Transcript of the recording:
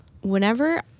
whenever